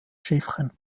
schiffchen